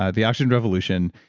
ah the oxygen revolution.